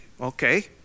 Okay